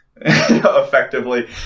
effectively